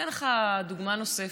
אתן לך דוגמה נוספת.